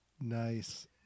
Nice